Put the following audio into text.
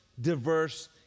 diverse